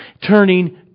turning